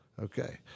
Okay